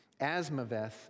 Asmaveth